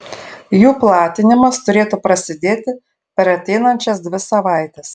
jų platinimas turėtų prasidėti per ateinančias dvi savaites